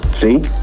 See